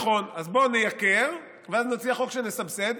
נכון, אז בואו נייקר ואז נציע חוק שנסבסד.